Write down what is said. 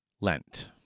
Lent